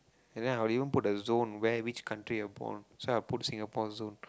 and then I'll even put the zone where which country you're born so I'll put Singapore zone